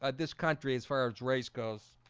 ah this country as far as race goes